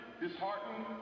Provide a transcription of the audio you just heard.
disheartened